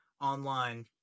online